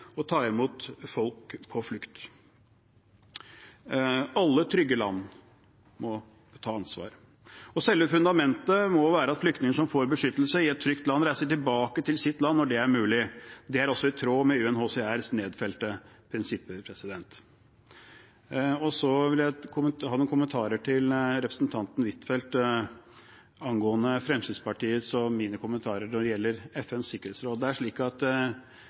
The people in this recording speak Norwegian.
å ta imot folk på flukt. Alle trygge land må ta ansvar. Og selve fundamentet må være at flyktninger som får beskyttelse i et trygt land, reiser tilbake til sitt land når det er mulig. Det er også i tråd med UNHCRs nedfelte prinsipper. Så har jeg noen kommentarer til representanten Huitfeldt angående Fremskrittspartiets og mine kommentarer når det gjelder FNs sikkerhetsråd. Det er slik at